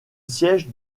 siège